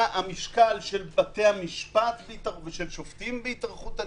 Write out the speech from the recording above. מה המשקל של שופטים בהתארכות הליכים?